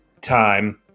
time